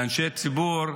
לאנשי ציבור,